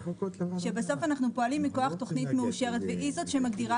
שבסוף אנחנו פועלים מכוח תוכנית מאושרת והיא זו שמגדירה